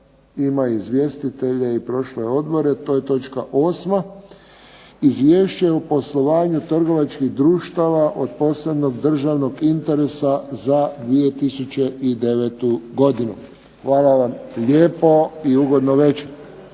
ima izvjestitelje i prošlo je odbore, to je točka 8., Izvješće o poslovanju trgovačkih društava od posebnog državnog interesa za 2009. godinu. Hvala vam lijepo i ugodno veče.